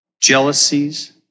jealousies